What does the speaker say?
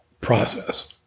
process